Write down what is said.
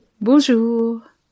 Bonjour